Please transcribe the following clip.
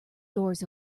doors